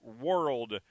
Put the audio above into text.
world